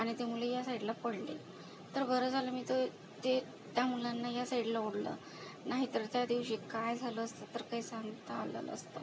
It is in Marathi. आणि ते मुलं या साईडला पडले तर बरं झालं मी तो ते त्या मुलांना या साईडला ओढलं नाहीतर त्या दिवशी काय झालं असतं तर काही सांगता आलं नसतं